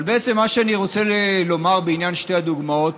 אבל בעצם מה שאני רוצה לומר בעניין שתי הדוגמאות